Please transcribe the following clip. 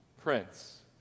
Prince